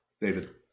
David